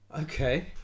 Okay